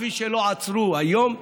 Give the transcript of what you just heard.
כפי שלא עצרו היום,